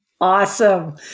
Awesome